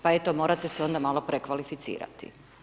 Pa eto, morate se onda malo prekvalificirati.